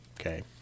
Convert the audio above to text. Okay